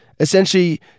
Essentially